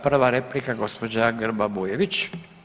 Prva replika gospođa Grba Bujević.